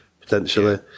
potentially